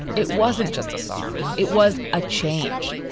it wasn't just a song. it was a change.